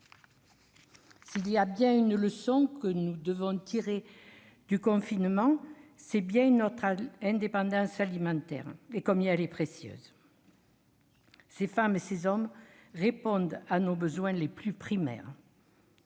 S'il y a bien une leçon que nous devons tirer du confinement, c'est que notre indépendance alimentaire est ô combien précieuse. Ces femmes et ces hommes répondent à nos besoins primaires.